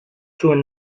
zuen